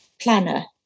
planner